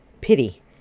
Pity